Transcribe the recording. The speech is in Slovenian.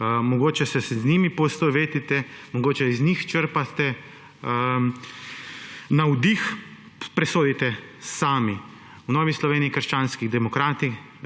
Mogoče se z njimi poistovetite, mogoče iz njih črpate navdih, presodite sami. V Novi Sloveniji – krščanskih demokratih